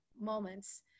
moments